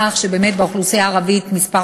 והוא מודע לכך שבאמת באוכלוסייה הערבית שיעור